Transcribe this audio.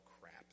crap